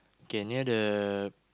K near the